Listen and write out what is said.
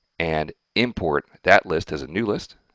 and import that list as a new list,